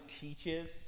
teaches